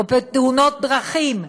או בתאונות דרכים,